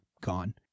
gone